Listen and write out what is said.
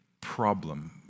problem